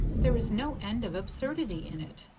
there is no end of absurdity in it,